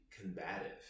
combative